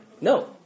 No